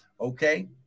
Okay